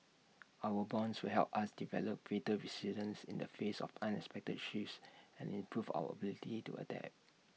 our bonds will help us develop greater resilience in the face of unexpected shifts and improve our ability to adapt